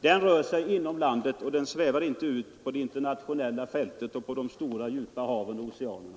Den rör sig inom landet och svävar inte ut på det internationella fältet och de stora djupa oceanerna.